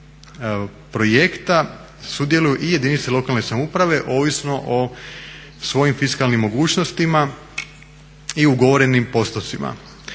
projekta sudjeluje i jedinice lokalne samouprave ovisno o svojim fiskalnim mogućnostima i ugovorenim postocima.